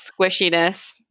squishiness